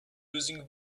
using